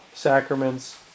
sacraments